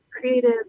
creative